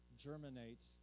germinates